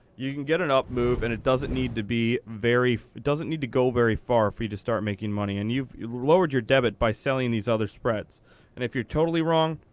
you can get an up move and it doesn't need to be very it doesn't need to go very far for you to start making money. and you've lowered your debit by selling these other spreads. and if you're totally wrong,